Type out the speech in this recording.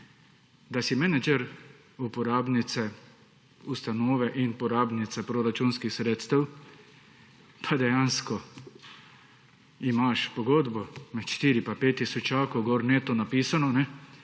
Da si menedžer uporabnice ustanove in porabnice proračunskih sredstev pa dejansko imaš pogodbo med 4 pa 5 tisočakov gor neto napisano pa